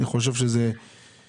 אני חושב שזה לוקה בחסר.